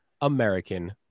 American